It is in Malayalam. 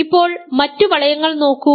ഇപ്പോൾ മറ്റ് വളയങ്ങൾ നോക്കൂ